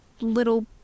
little